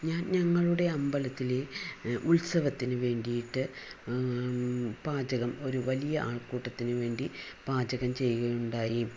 ഞാൻ ഞങ്ങളുടെ അമ്പലത്തിൽ ഉത്സവത്തിനു വേണ്ടിയിട്ട് പാചകം ഒരു വലിയ ആൾക്കൂട്ടത്തിനു വേണ്ടി പാചകം ചെയ്യുകയുണ്ടായി